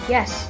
Yes